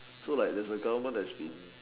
so like there's a government that's been